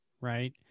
right